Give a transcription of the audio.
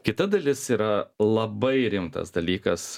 kita dalis yra labai rimtas dalykas